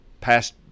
past